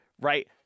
right